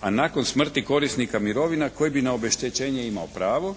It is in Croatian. a nakon smrti korisnika mirovina koji bi na obeštećenje imao pravo.